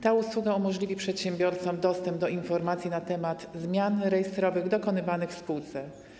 Ta usługa umożliwi przedsiębiorcom dostęp do informacji na temat zmian rejestrowych dokonywanych w spółce.